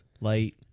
Light